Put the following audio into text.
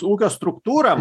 ūkio struktūrą